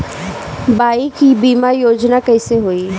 Bike बीमा योजना कैसे होई?